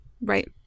Right